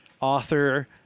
author